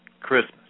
Christmas